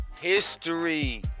history